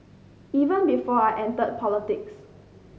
even before I entered politics